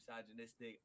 misogynistic